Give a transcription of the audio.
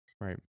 Right